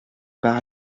par